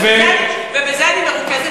ובזה אני מרוכזת